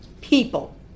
people